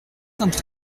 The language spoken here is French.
sainte